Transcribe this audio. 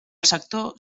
sector